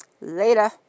Later